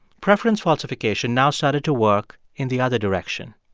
preference falsification now started to work in the other direction.